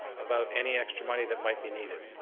about any extra money that might be needed.